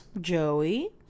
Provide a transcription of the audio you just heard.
Joey